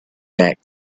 back